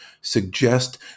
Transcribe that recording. suggest